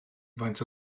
faint